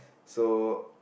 so